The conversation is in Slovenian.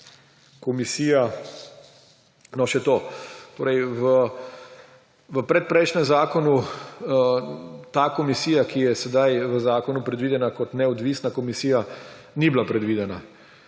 komisijo. Torej v predprejšnjem zakonu ta komisija, ki je sedaj v zakonu predvidena kot neodvisna komisija, ni bila predvidena.